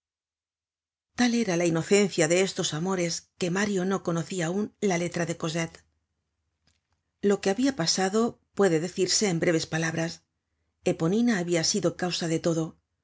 tal era la inocencia de estos amores que mario no conocia aun la letra de cosette lo que habia pasado puede decirse en breves palabras eponina habia sido causa de todo